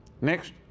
Next